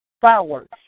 fireworks